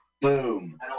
Boom